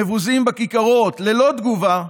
מבוזים בכיכרות ללא תגובה,